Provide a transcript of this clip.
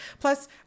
Plus